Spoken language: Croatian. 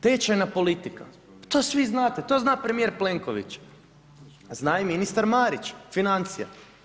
Tečajna politika, to svi znate, to zna premjer Plenković, a zna i ministar Marić, financija.